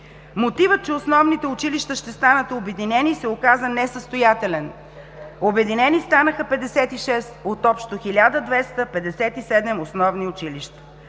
Мотивът, че основните училища ще станат обединени, се оказа несъстоятелен. Обединени станаха 56 от общо 1257 основни училища.